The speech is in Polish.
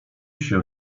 się